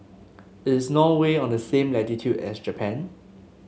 is Norway on the same latitude as Japan